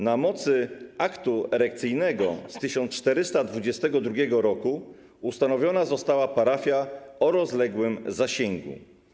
Na mocy aktu erekcyjnego z 1422 r. ustanowiona została parafia o rozległym zasięgu.